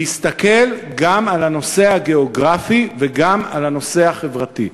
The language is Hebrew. להסתכל גם על הנושא הגיאוגרפי וגם על הנושא החברתי,